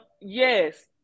Yes